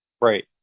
Right